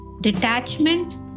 detachment